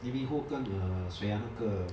lee min ho 跟 err 谁啊那个